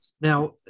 Now